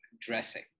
dressing